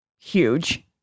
huge